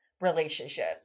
relationship